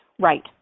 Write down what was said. Right